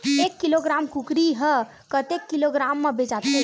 एक किलोग्राम कुकरी ह कतेक किलोग्राम म बेचाथे?